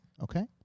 Okay